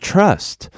Trust